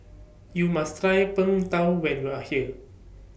YOU must Try Png Tao when YOU Are here